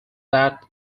that